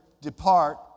depart